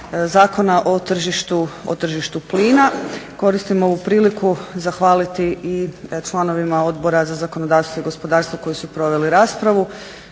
Zakona o tržištu plina. Koristim ovu priliku zahvaliti i članovima Odbora za zakonodavstvo i gospodarstvo koji su proveli raspravu,